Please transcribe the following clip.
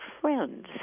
friends